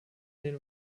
den